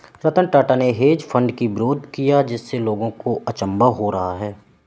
रतन टाटा ने hedge fund की विरोध किया जिससे लोगों को अचंभा हो रहा है